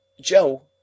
Joe